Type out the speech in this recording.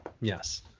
Yes